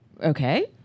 Okay